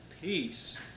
peace